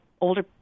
older